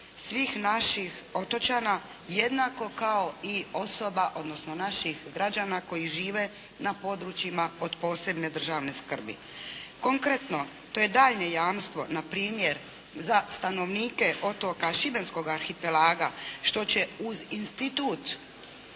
svih naših otočana jednako kao i osoba, odnosno naših građana koji žive na područjima od posebne državne skrbi. Konkretno, to je daljnje jamstvo, npr. za stanovnike otoka šibenskog arhipelaga što će uz institut